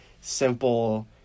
simple